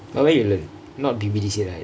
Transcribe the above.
but where you learn not B_B_D_C right